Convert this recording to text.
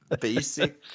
basic